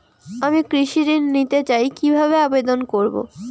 আমি কৃষি ঋণ নিতে চাই কি ভাবে আবেদন করব?